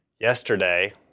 yesterday